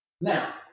Now